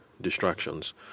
distractions